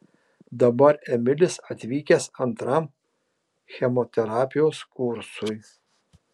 dabar emilis atvykęs antram chemoterapijos kursui